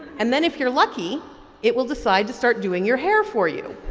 and then if you're lucky it will decide to start doing your hair for you.